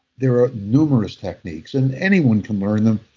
there are numerous techniques. and anyone can learn them.